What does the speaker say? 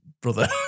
brother